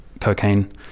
cocaine